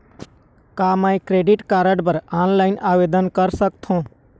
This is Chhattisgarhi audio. का मैं क्रेडिट कारड बर ऑनलाइन आवेदन कर सकथों?